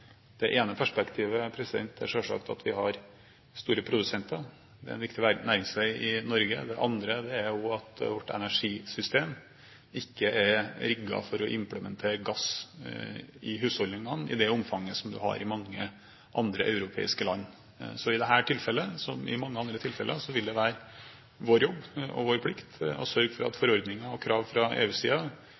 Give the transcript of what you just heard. Det ene perspektivet er selvsagt at vi har store produsenter, det er en viktig næringsvei i Norge. Det andre er at vårt energisystem ikke er rigget for å implementere gass i husholdningene i det omfanget som man har i mange andre europeiske land. I dette tilfellet, som i mange andre tilfeller, vil det være vår jobb og vår plikt å sørge for at forordninger og krav fra